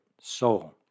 soul